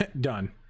Done